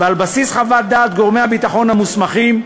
ועל בסיס חוות דעת גורמי הביטחון המוסמכים,